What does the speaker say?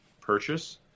purchase